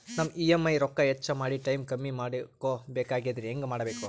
ನಮ್ಮ ಇ.ಎಂ.ಐ ರೊಕ್ಕ ಹೆಚ್ಚ ಮಾಡಿ ಟೈಮ್ ಕಮ್ಮಿ ಮಾಡಿಕೊ ಬೆಕಾಗ್ಯದ್ರಿ ಹೆಂಗ ಮಾಡಬೇಕು?